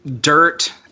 dirt